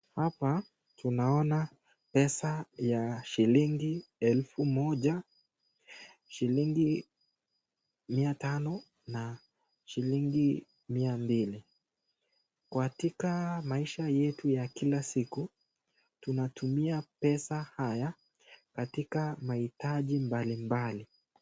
Hapa tunaona pesa ya shilingi elfu moja shilingi mia Tano na shilingi mia mbili katika maisha yetu ya kila siku tunatumia pesa haya katika matumizi mbalimbali.